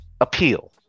appeal